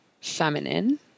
feminine